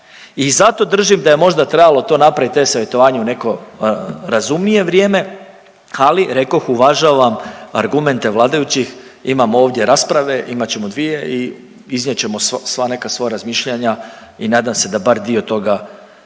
i zato držim da je možda trebalo to napravit eSavjetovanje u neko razumnije vrijeme ali rekoh uvažavam argumente vladajućih, imamo ovdje rasprave, imat ćemo dvije i iznijet ćemo sva neka svoja razmišljanja i nadam se da bar dio toga